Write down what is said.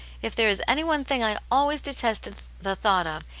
if there is any one thing i always detested the the thought of,